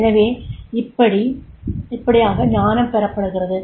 எனவே இப்படியாக ஞானம் பெறப்படுகிறது